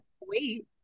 wait